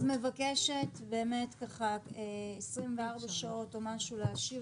אני מבקשת באמת 24 שעות או משהו להשאיר